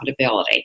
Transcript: profitability